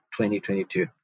2022